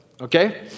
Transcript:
okay